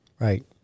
Right